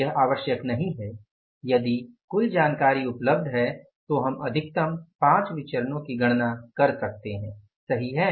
यह आवश्यक नहीं है यदि कुल जानकारी उपलब्ध है तो हम अधिकतम 5 विचरणो की गणना कर सकते हैं सही है